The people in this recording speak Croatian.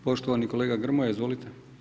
Poštovani kolega Grmoja, izvolite.